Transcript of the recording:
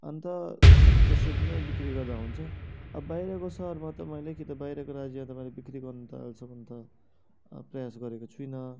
अन्त त्यसरी नै बिक्री गर्दा हुन्छ अब बाहिरको सहरमा त मैले कि त बाहिरको राज्यमा त मैले बिक्री गर्नु त अहिलेसम्म त अब प्रयास गरेको छुइनँ